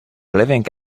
living